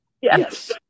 yes